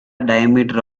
diameter